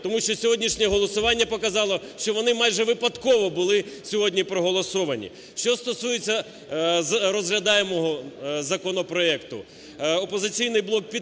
Тому що сьогоднішнє голосування показало, що вони майже випадково були сьогодні проголосовані. Що стосується розглядаємого законопроекту, "Опозиційний блок" підтримує